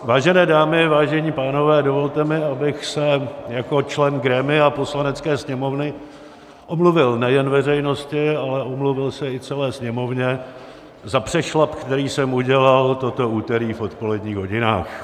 Vážené dámy, vážení pánové, dovolte mi, abych se jako člen grémia Poslanecké sněmovny omluvil nejen veřejnosti, ale omluvil se i celé Sněmovně za přešlap, který jsem udělal toto úterý v odpoledních hodinách.